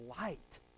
light